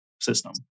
system